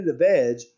edge